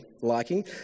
liking